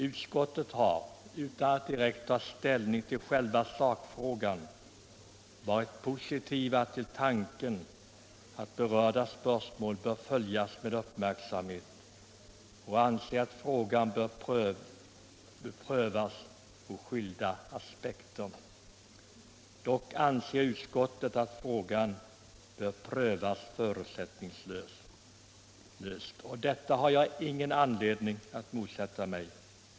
Utskottet har utan att direkt ta ställning till själva sakfrågan varit positivt till tanken att berörda spörsmål bör följas med uppmärksamhet och anser att frågan bör prövas ur skilda aspekter. Dock anser utskottet att frågan bör prövas förutsättningslöst. Och detta har jag ingen anledning att motsätta mig.